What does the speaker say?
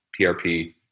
PRP